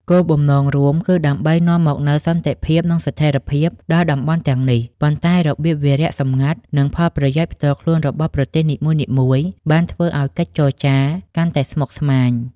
គោលបំណងរួមគឺដើម្បីនាំមកនូវសន្តិភាព និងស្ថិរភាពដល់តំបន់ទាំងនេះ ប៉ុន្តែរបៀបវារៈសម្ងាត់ និងផលប្រយោជន៍ផ្ទាល់ខ្លួនរបស់ប្រទេសនីមួយៗបានធ្វើឱ្យកិច្ចចរចាកាន់តែស្មុគស្មាញ។